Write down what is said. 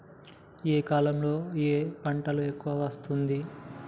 ఏ కాలంలో ఏ పంట ఎక్కువ వస్తోంది?